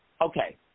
okay